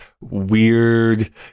weird